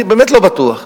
אני באמת לא בטוח.